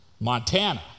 Montana